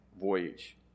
voyage